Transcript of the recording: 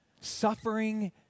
Suffering